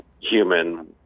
human